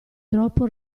troppo